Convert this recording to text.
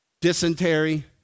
Dysentery